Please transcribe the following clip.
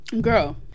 Girl